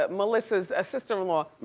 ah melissa's sister-in-law,